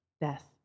death